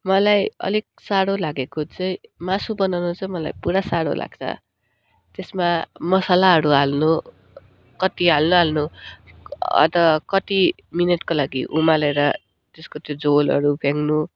मलाई अलिक साह्रो लागेको चाहिँ मासु बनाउनु चाहिँ पुरा साह्रो लाग्छ त्यसमा मसलाहरू हाल्नु कति हाल्नु हाल्नु अन्त कति मिनटको लागि उमालेर त्यसको त्यो झोलहरू फ्याँक्नु